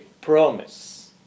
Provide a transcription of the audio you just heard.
promise